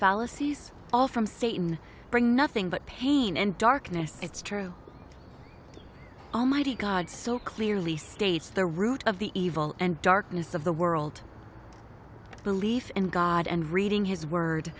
fallacies all from satan bring nothing but pain and darkness it's true almighty god so clearly states the root of the evil and darkness of the world belief in god and reading his word